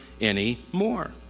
anymore